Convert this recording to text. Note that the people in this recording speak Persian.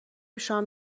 شام